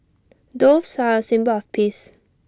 doves are A symbol of peace